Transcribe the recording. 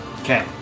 Okay